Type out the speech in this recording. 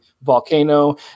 volcano